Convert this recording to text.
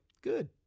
good